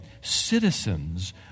citizens